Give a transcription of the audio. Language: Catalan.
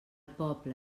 poble